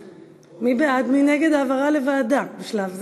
מי בעד ומי נגד העברה לוועדה, בשלב זה?